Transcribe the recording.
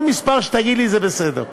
כל מספר שתגיד לי זה בסדר.